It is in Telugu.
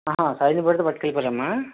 ఆ సైడ్ న పెడితే పట్టకెళ్లిపోయారమ్మా